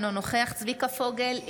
אינו נוכח צביקה פוגל,